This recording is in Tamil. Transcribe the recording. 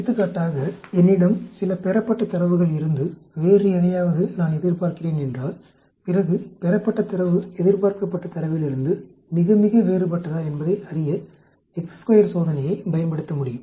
எடுத்துக்காட்டாக என்னிடம் சில பெறப்பட்ட தரவுகள் இருந்து வேறு எதையாவது நான் எதிர்பார்க்கிறேன் என்றால் பிறகு பெறப்பட்ட தரவு எதிர்பார்க்கப்பட்ட தரவிலிருந்து மிக மிக வேறுபட்டதா என்பதை அறிய சோதனையை பயன்படுத்த முடியும்